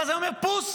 ואז היה אומר, פוס,